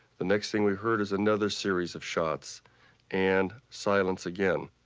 the next thing we heard is another series of shots and silence again.